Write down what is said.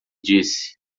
disse